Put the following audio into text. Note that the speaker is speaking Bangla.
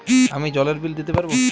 আমি জলের বিল দিতে পারবো?